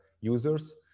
users